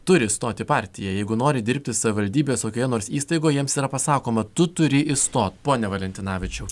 turi stot partija jeigu nori dirbti savivaldybės kokioje nors įstaigoje jiems yra pasakoma tu turi įstot pone valentinavičiau